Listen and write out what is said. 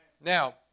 Now